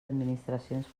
administracions